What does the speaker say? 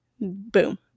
boom